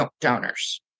donors